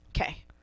Okay